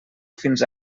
fins